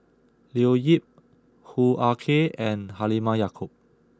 Leo Yip Hoo Ah Kay and Halimah Yacob